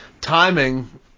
timing